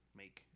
make